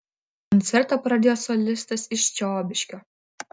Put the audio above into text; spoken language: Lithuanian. koncertą pradėjo solistas iš čiobiškio